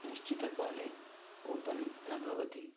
निश्चितकाले open न भवति